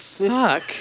Fuck